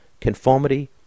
Conformity